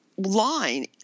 line